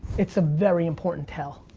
it's a very important tell.